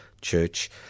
Church